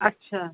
اچھا